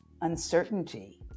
uncertainty